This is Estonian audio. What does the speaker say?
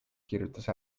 kirjutas